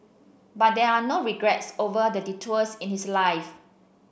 but there are no regrets over the detours in his life